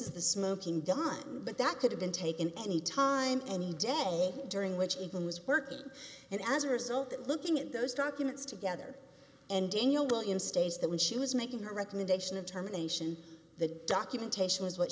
is the smoking gun but that could have been taken any time any day during which even was working and as a result looking at those documents together and daniel williams stage that when she was making her recommendation and terminations the documentation was what